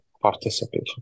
participation